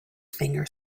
fingers